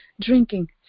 drinking